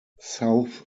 south